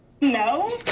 No